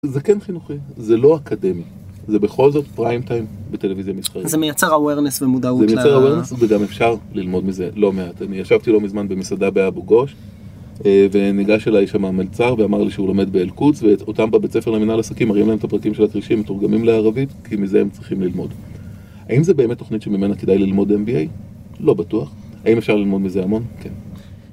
זה כן חינוכי, זה לא אקדמי, זה בכל זאת פריים טיים בטלוויזיה מסחרית זה מייצר אוורנס ומודעות זה מייצר אווירנס וגם אפשר ללמוד מזה, לא מעט אני ישבתי לא מזמן במסעדה באבו גוש וניגש אליי שם מלצר ואמר לי שהוא לומד באל קודס ואותם בבית ספר למנהל עסקים, מראים להם את הפרקים של הכרישים מתורגמים לערבית, כי מזה הם צריכים ללמוד האם זה באמת תוכנית שממנה כדאי ללמוד MBA? לא בטוח, האם אפשר ללמוד מזה המון? כן